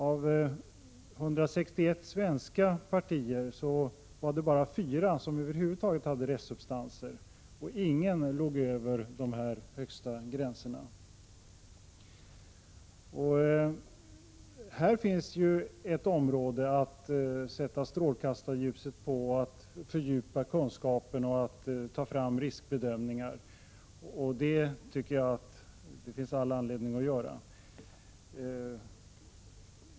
Av 161 svenska partier hade bara 4 över huvud taget restsubstanser, och inget låg över det högsta tillåtna värdet. Här finns ett område att rikta strålkastarljuset på, fördjupa kunskapen om och ta fram riskbedömningar för. Det tycker jag det finns all anledning att göra.